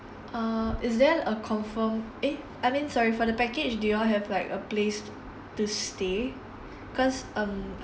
uh is there a confirm eh I mean sorry for the package do you all have like a place to stay cause um